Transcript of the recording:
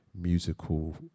musical